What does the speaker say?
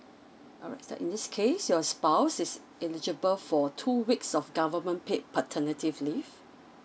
alright in this case your spouse is eligible for two weeks of government paid paternity leave